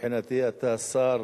מבחינתי אתה שר